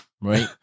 Right